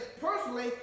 personally